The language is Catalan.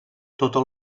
totes